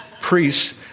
priests